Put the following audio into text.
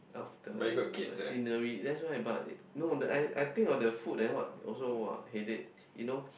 of the scenery that's why but no I I think of the food and what also !wah! headache you know